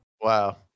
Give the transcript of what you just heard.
Wow